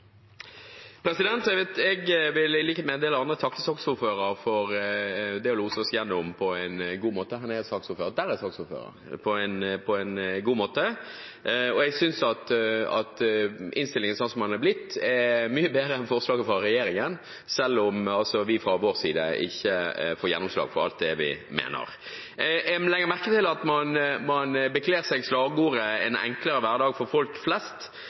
Jeg vil i likhet med en del andre takke saksordføreren for å ha loset oss igjennom på en god måte. Jeg synes at innstillingen, slik som den er blitt, er mye bedre enn forslaget fra regjeringen, selv om vi fra vår side ikke får gjennomslag for alt vi mener. Jeg legger merke til at man ikler seg slagordet «en enklere hverdag for folk flest»,